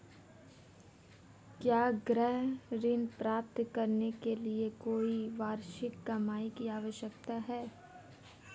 क्या गृह ऋण प्राप्त करने के लिए कोई वार्षिक कमाई की आवश्यकता है?